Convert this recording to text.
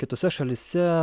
kitose šalyse